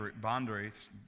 boundaries